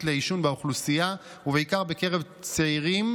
לעישון באוכלוסייה ובעיקר בקרב צעירים,